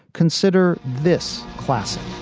consider this classic